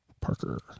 Parker